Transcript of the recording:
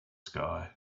sky